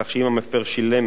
כך שאם המפר שילם